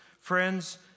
friends